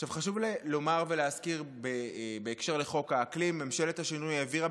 חשוב לומר ולהזכיר בהקשר של חוק האקלים שממשלת השינוי העבירה,